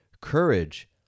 Courage